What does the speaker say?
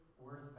worth